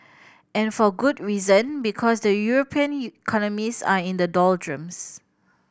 and for good reason because the European economies are in the doldrums